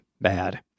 bad